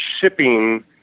shipping